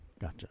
gotcha